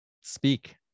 speak